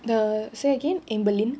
the say again imdalind